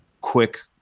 quick